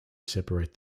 separate